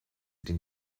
den